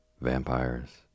vampires